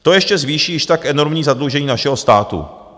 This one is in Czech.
To ještě zvýší již tak enormní zadlužení našeho státu.